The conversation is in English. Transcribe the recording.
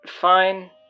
Fine